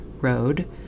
road